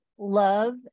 love